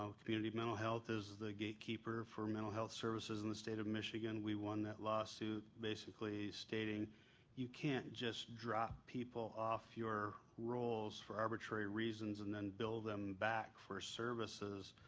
community mental health is the gate keeper for mental health services in the state of michigan. we won that lawsuit basically stating you can't just drop people off your rolls for arbitrary reasons and then bill them back for services.